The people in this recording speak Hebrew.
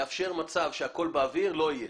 לאפשר מצב שהכול באוויר לא יהיה.